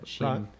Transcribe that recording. Right